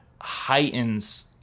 heightens